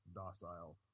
docile